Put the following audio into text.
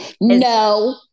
No